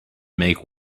make